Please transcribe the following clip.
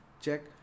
check